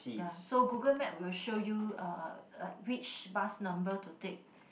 ya so Google Map will show you uh like which bus number to take